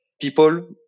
people